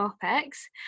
topics